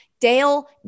Dale